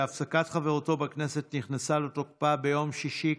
שהפסקת חברותו בכנסת נכנסה לתוקפה ביום שישי,